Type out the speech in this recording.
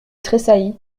tressaillit